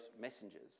messengers